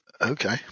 Okay